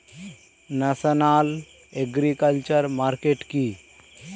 National agriculture market কি?